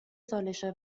سالشه